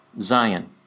Zion